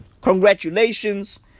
congratulations